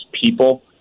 people